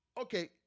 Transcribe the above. Okay